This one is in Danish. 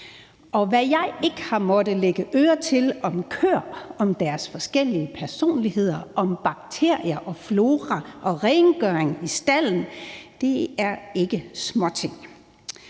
hvad jeg ikke har måttet lægge øre til om køer, om deres forskellige personligheder, om bakterier, flora og rengøring i stalden. Noget af det, min